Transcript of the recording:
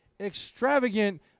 extravagant